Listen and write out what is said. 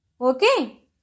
Okay